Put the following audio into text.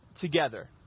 together